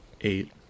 eight